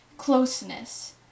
closeness